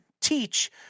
teach